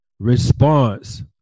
response